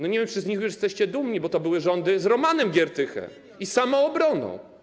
No nie wiem, czy z nich jesteście dumni, bo to były rządy z Romanem Giertychem i z Samoobroną.